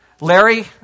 Larry